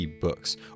books